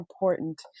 important